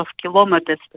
kilometers